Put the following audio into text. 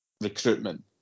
recruitment